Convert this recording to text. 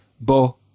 Bo